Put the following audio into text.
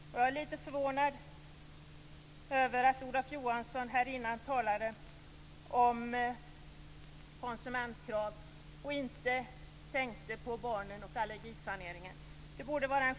Jag är litet förvånad över att Olof Johansson för en stund sedan här talade om konsumentkrav och inte tänkte på barnen och allergisaneringen.